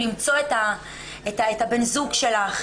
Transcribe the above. למצוא את בן הזוג שלך,